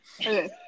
Okay